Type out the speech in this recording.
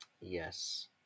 Yes